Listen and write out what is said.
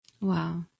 Wow